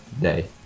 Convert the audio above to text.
day